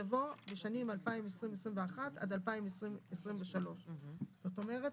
יבוא "בשנים 2021 עד 2023". זאת אומרת,